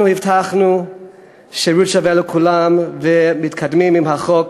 אנחנו הבטחנו שירות שווה לכולם, ומתקדמים עם החוק